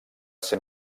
ser